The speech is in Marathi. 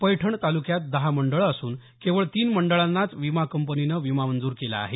पैठण तालुक्यात दहा मंडळं असून केवळ तीन मंडळांनाच विमा कंपनीनं विमा मंजूर केला आहे